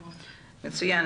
מצוין.